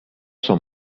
sua